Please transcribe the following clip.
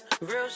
Real